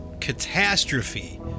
catastrophe